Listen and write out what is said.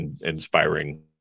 inspiring